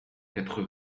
quatre